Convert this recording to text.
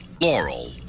Laurel